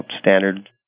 standard